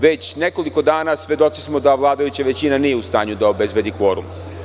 Već nekoliko dana svedoci smo da vladajuća većina nije u stanju da obezbedi kvorum.